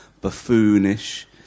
buffoonish